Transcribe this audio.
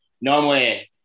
normally